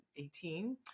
18